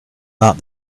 that